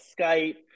Skype